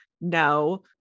no